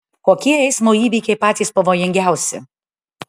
kokie eismo įvykiai patys pavojingiausi